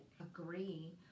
agree